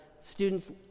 Students